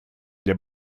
для